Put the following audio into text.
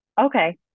Okay